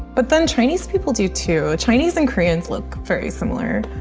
but then chinese people do, too. chinese and koreans look very similar,